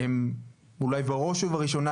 הם אולי בראש ובראשונה,